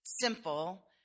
simple